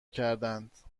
کردند